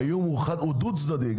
האיום הוא דו צדדי,